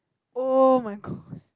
[oh]-my-god